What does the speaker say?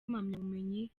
impamyabumenyi